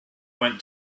went